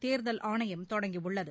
தேர்தல் ஆணையம் தொடங்கியுள்ளது